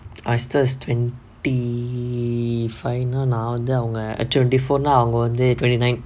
my sisters's twenty five நா வந்து அவங்க:naa vanthu avanga twenty four அவங்க வந்து:avanga vanthu twenty nine